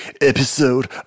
episode